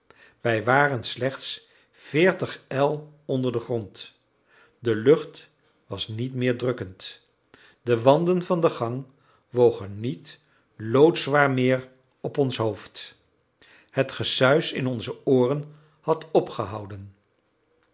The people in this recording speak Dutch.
wij waren slechts veertig el onder den grond de lucht was niet meer drukkend de wanden van de gang wogen niet loodzwaar meer op ons hoofd het gesuis in onze ooren had opgehouden